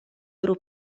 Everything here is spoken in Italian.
loro